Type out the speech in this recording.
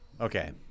okay